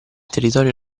territorio